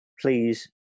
please